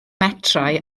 metrau